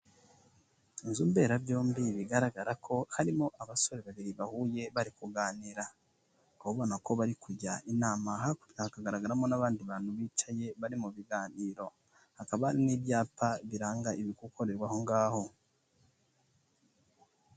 Inzu mberabyombi bigaragara ko harimo abasore babiri bahuye bari kuganira, ukaba ubona ko bari kujya inama hakurya hakagaragaramo n'abandi bantu bicaye bari mu biganiro, hakaba n'ibyapa biranga ibikukorerwa aho ngaho.